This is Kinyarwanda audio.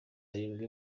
arindwi